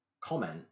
comment